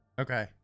okay